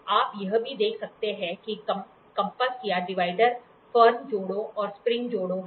आप यह भी देख सकते हैं कि कंपास या डिवाइडर फर्म जोड़ों और स्प्रिंग जोड़ों हैं